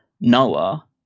noah